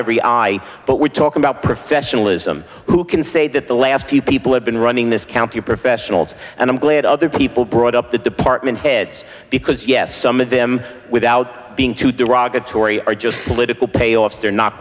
every i but we talk about professionalism who can say that the last few people have been running this county are professionals and i'm glad other people brought up the department heads because yes some of them without being too derogatory are just political payoffs they're not